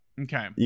okay